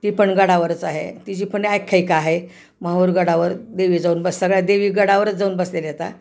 ती पण गडावरच आहे तिची पण आख्ययिक आहे माहुरगडावर देवी जाऊन बस सगळ्या देवी गडावरच जाऊन बसलेल्या आहेत हा